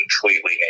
completely